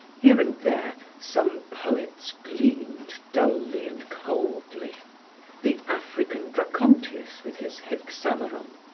here and there some poets gleamed, dully and coldly the african dracontius with his hexameron,